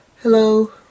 Hello